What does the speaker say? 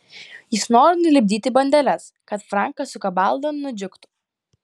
jis nori nulipdyti bandeles kad frankas su kabalda nudžiugtų